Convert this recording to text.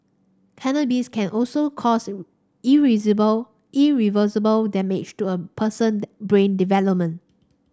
cannabis can also cause irreversible damage to a person brain development